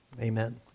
amen